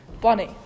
Bonnie